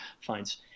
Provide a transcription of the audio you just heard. finds